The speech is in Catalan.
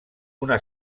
una